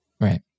Right